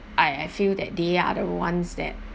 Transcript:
I I feel that they are the ones that